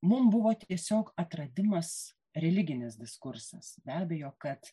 mum buvo tiesiog atradimas religinis diskursas be abejo kad